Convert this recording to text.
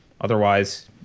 Otherwise